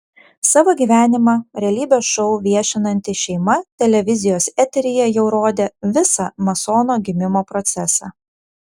savo gyvenimą realybės šou viešinanti šeima televizijos eteryje jau rodė visą masono gimimo procesą